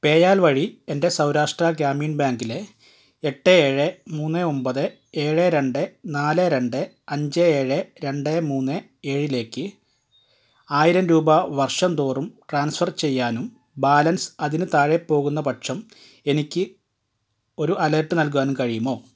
PayPal വഴി എന്റെ സൗരാഷ്ട്ര ഗ്രാമീൺ ബാങ്കിലെ എട്ട് ഏഴ് മൂന്ന് ഒമ്പത് ഏഴ് രണ്ട് നാല് രണ്ട് അഞ്ച് ഏഴ് രണ്ട് മൂന്ന് ഏഴിലേക്ക് ആയിരം രൂപ വർഷം തോറും ട്രാൻസ്ഫർ ചെയ്യാനും ബാലൻസ് അതിന് താഴെ പോകുന്ന പക്ഷം എനിക്ക് ഒരു അലേർട്ട് നൽകാനും കഴിയുമോ